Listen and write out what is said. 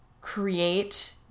create